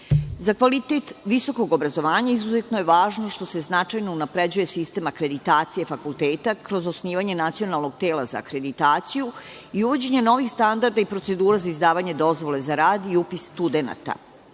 Za kvalitet visokog obrazovanja izuzetno je važno što se značajno unapređuje sistem akreditacije fakulteta kroz osnivanje nacionalnog tela za akreditaciju i uvođenje novih standarda i procedura za izdavanje dozvole za rad i upis studenata. Želim